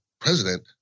president